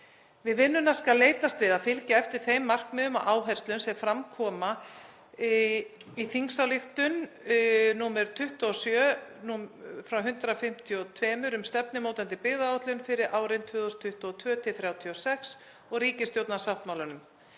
Við vinnuna skal leitast við að fylgja eftir þeim markmiðum og áherslum sem fram koma í þingsályktun nr. 27/152, um stefnumótandi byggðaáætlun fyrir árin 2022–2036, og ríkisstjórnarsáttmálanum,